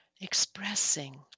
expressing